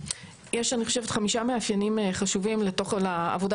יש אני חושבת חמישה מאפיינים חשובים לעבודה